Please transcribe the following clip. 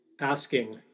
asking